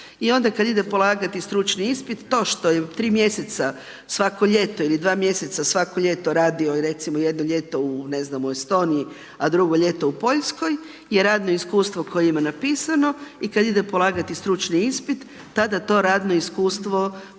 i onda kada ide polagati stručni ispit to što je u tri mjeseca svako ljeto ili dva mjeseca svako ljeto radio recimo jedno ljeto u Estoniji, a drugo ljeto u Poljskoj je radno iskustvo koje ima napisano i kada ide polagati stručni ispit tada to radno iskustvo